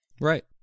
Right